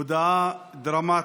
הודעה דרמטית,